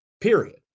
period